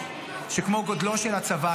שכמו גודלו של הצבא,